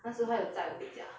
那时他有载我回家